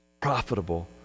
profitable